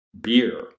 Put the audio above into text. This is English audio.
beer